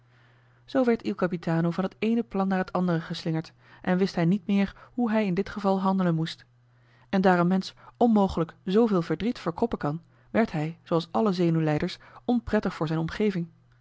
zoo werd il capitano van het eene plan naar het andere geslingerd en wist hij niet meer hoe hij in dit geval handelen moest en daar een mensch onmogelijk zooveel verdriet verkroppen kan werd hij zooals alle zenuwlijders onprettig voor zijn omgeving